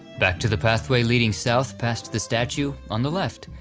back to the pathway leading south past the statue, on the left,